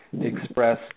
express